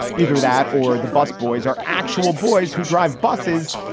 either that or the busboys are actual boys who drive buses.